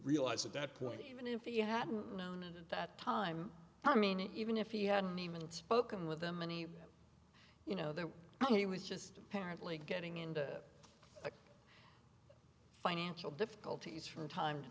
realize at that point even if you hadn't known it at that time i mean even if he hadn't even spoken with them many of you know that he was just apparently getting into financial difficulties from time to